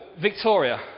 Victoria